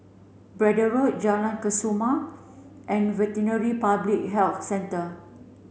Braddell Road Jalan Kesoma and Veterinary Public Health Centre